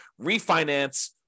refinance